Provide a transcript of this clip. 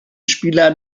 spieler